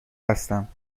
هستم